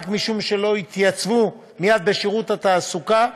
רק משום שלא התייצבו מייד בשירות התעסוקה,